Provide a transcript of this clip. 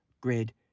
grid